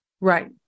Right